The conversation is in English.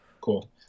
Cool